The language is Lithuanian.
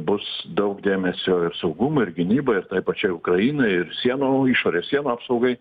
bus daug dėmesio ir saugumui ir gynybai ir pačiai ukrainai ir sienų išorės sienų apsaugai